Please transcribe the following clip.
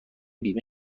بیمه